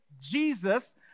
Jesus